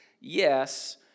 yes